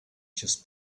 just